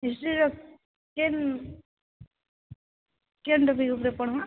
ହିଷ୍ଟ୍ରିର କେନ୍ କେନ୍ ଉପରେ ପଢ଼ିବା